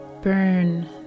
burn